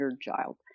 child